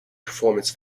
performance